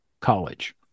college